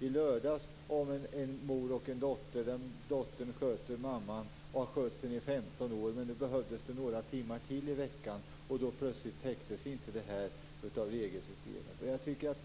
i lördags i en tidning om en mor och en dotter. Dottern sköter mamman sedan 15 år. Nu behövs det några timmar till i veckan men plötsligt täcks det hela inte av regelsystemet.